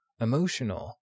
emotional